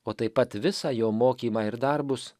o taip pat visą jo mokymą ir darbus